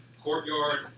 courtyard